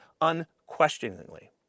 unquestioningly